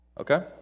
Okay